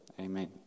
Amen